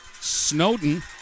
Snowden